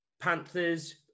Panthers